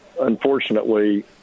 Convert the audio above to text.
unfortunately